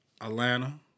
Atlanta